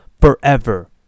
Forever